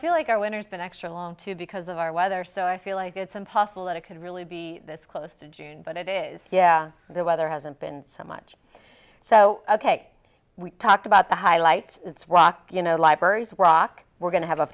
feel like our winters been extra long too because of our weather so i feel like it's impossible that it could really be this close to june but it is yeah the weather hasn't been so much so ok we talked about the highlight it's rock you know libraries of rock we're going to have a